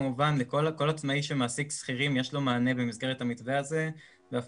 כל עצמאי שמעסיק שכירים יש לו מענה במסגרת המתווה הזה ואף